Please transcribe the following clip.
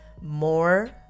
more